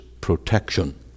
protection